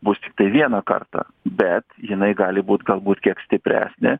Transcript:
bus tiktai vieną kartą bet jinai gali būt galbūt kiek stipresnė